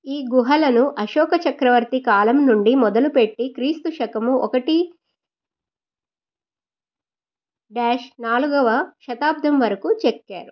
ఈ గుహలను అశోక చక్రవర్తి కాలం నుండి మొదలు పెట్టి క్రీస్తు శకము ఒకటి డ్యాష్ నాలుగవ శతాబ్దం వరకు చెక్కారు